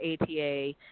ATA